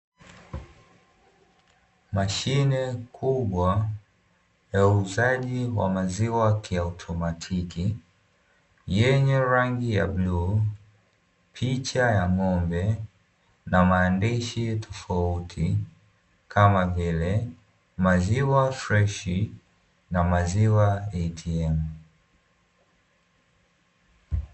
Mashine kubwa ya uuzaji wa maziwa kiautomatiki yenye rangi ya bluu, picha ya ng'ombe na maandishi tofauti kama vile maziwa freshi na maziwa "ATM".